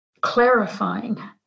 clarifying